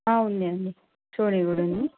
ఆ ఉందండి సోనీ కూడా ఉంది